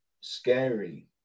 scary